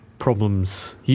problems